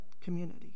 community